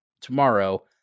tomorrow